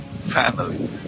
family